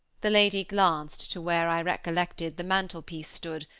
the lady glanced to where, i recollected, the mantel piece stood,